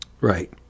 Right